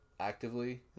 actively